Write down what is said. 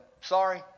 Sorry